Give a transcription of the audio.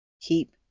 keep